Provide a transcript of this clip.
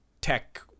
tech